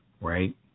right